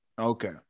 Okay